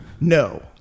No